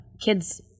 kids